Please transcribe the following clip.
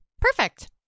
perfect